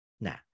Nah